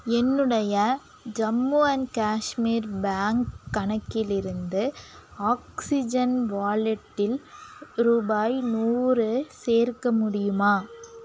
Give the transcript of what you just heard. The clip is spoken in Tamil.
என்னுடைய ஜம்மு அண்ட் காஷ்மீர் பேங்க் கணக்கிலிருந்து ஆக்ஸிஜன் வாலெட்டில் ரூபாய் நூறு சேர்க்க முடியுமா